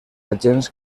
agents